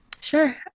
Sure